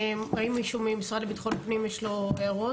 האם למישהו מהמשרד לביטחון פנים יש הערות?